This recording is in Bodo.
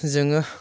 जोङो